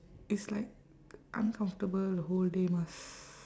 it's like uncomfortable the whole day must